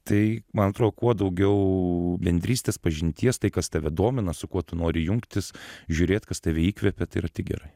tai man atrodo kuo daugiau bendrystės pažinties tai kas tave domina su kuo tu nori jungtis žiūrėt kas tave įkvepia tai yra tik gerai